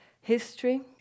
history